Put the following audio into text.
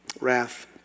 Wrath